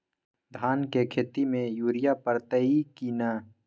धान के खेती में यूरिया परतइ कि न?